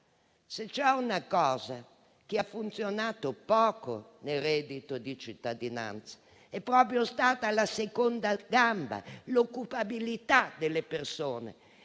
Se c'è una cosa che ha funzionato poco nel reddito di cittadinanza è stata proprio la seconda gamba, l'occupabilità delle persone.